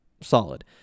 solid